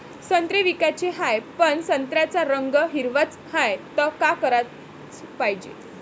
संत्रे विकाचे हाये, पन संत्र्याचा रंग हिरवाच हाये, त का कराच पायजे?